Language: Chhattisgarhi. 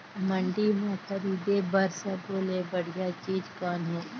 मंडी म खरीदे बर सब्बो ले बढ़िया चीज़ कौन हे?